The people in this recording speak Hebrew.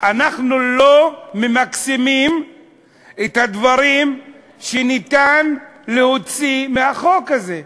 אנחנו לא ממקסמים את הדברים שניתן להוציא מהחוק הזה.